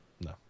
No